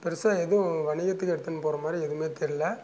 பெருசாக எதுவும் வணிகத்துக்கு எடுத்துன்னு போகிற மாதிரி எதுவுமே தெரியல